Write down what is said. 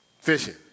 Fishing